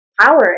power